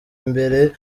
imbere